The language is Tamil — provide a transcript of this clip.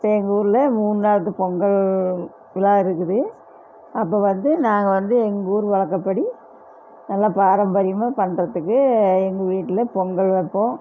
இப்போ எங்கள் ஊரில் மூணு நாளது பொங்கல் விழா இருக்குது அப்போ வந்து நாங்கள் வந்து எங்கள் ஊர் வழக்கப்படி நல்லா பாரம்பரியமாக பண்ணுறதுக்கு எங்கள் வீட்டில் பொங்கல் வைப்போம்